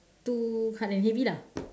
too hard and heavy lah